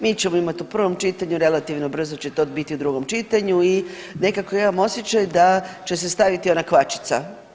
Mi ćemo imati u prvom čitanju, relativno brzo će to biti u drugom čitanju i nekako imam osjećaj da će se staviti ona kvačica.